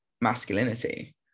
masculinity